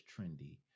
trendy